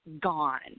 gone